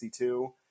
62